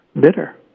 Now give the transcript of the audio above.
bitter